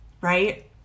right